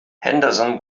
henderson